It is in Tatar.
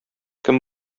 кем